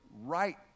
right